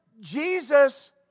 Jesus